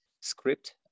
script